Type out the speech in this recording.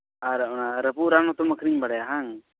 ᱟᱨ ᱚᱱᱟ ᱨᱟᱹᱯᱩᱫ ᱨᱟᱱ ᱦᱚᱸᱛᱚᱢ ᱟᱹᱠᱷᱨᱤᱧ ᱵᱟᱲᱟᱭᱟ ᱵᱟᱝ